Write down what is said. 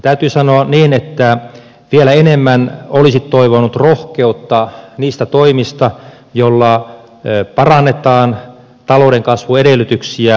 täytyy sanoa niin että vielä enemmän olisi toivonut rohkeutta niiden toimien osalta joilla parannetaan talouden kasvuedellytyksiä